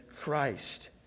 Christ